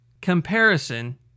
comparison